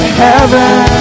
heaven